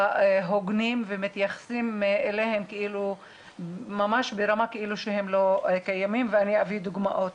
הוגנים ומתייחסים אליהם כאילו שהם לא קיימים ואני אביא דוגמאות